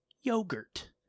yogurt